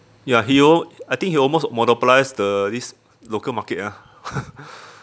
ya he al~ I think he almost monopolised the this local market ah